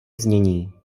znění